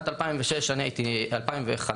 בשנת 2005,